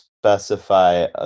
specify